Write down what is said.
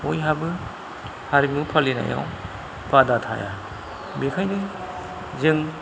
बयहाबो हारिमु फालिनायाव बादा थाया बेखायनो जों